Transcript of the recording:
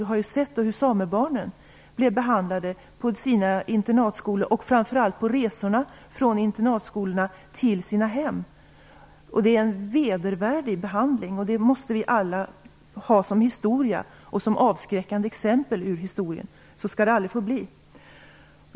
Jag har sett hur samebarnen blev behandlade på sina internatskolor och framför allt på resorna mellan internatskolan och hemmet. Behandlingen var vedervärdig. Det måste vi alla känna till från historien och ha som ett avskräckande exempel ur historien. Så skall det aldrig få bli.